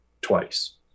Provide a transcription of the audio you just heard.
twice